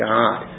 God